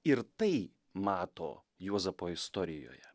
ir tai mato juozapo istorijoje